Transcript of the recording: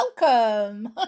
welcome